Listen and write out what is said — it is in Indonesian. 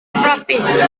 praktis